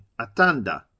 Atanda